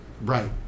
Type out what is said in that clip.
right